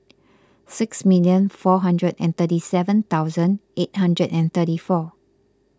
six million four hundred and thirty seven thousand eight hundred and thirty four